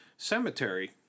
Cemetery